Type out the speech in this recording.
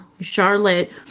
Charlotte